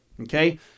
okay